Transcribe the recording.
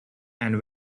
and